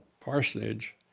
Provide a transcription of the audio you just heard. parsonage